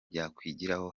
byakwigira